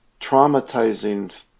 traumatizing